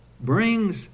brings